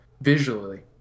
visually